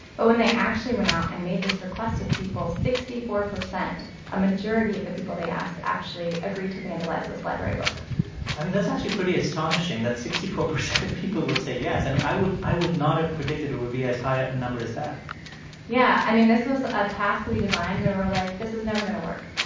but when they actually went out and made this request of people, sixty four percent a majority of the people they asked actually agreed to vandalize this library book i mean, that's actually pretty astonishing that sixty four percent of and people would say yes. i mean, i would i would not have predicted it would be as high a a number as that yeah. i mean, this was a task we designed, and we were like, this is never going to work,